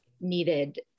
needed